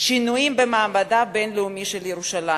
שינויים במעמדה הבין-לאומי של ירושלים,